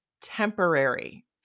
temporary